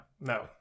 No